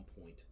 point